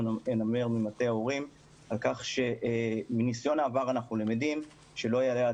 ממטה ההורים שאמרה שמניסיון העבר אנחנו למדים שלא יעלה על